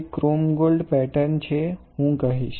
તે chrome gold pattern છે હું કહીશ